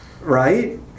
Right